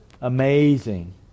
Amazing